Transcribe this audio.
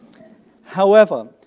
however,